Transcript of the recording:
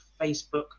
facebook